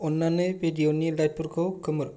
अननानै भिदिअ'नि लाइटफोरखौ खोमोर